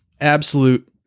absolute